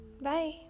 bye